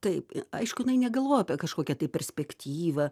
taip aišku negalvojau apie kažkokią tai perspektyvą